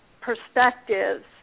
perspectives